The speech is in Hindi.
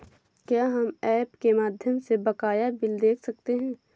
क्या हम ऐप के माध्यम से बकाया बिल देख सकते हैं?